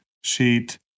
sheet